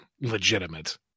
legitimate